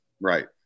Right